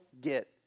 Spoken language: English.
get